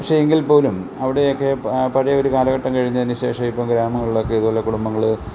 പക്ഷെ എങ്കിൽ പോലും അവിടെയൊക്കെ പഴയ ഒരു കാലഘട്ടം കഴിഞ്ഞതിന് ശേഷം ഇപ്പം ഗ്രാമങ്ങൾളൊക്കെ ഇതുപോലെ കുടുംബങ്ങൾ